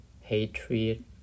hatred